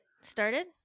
started